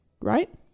Right